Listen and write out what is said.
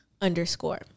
underscore